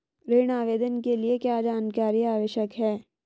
ऋण आवेदन के लिए क्या जानकारी आवश्यक है?